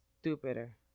stupider